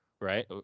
right